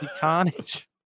Carnage